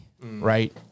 right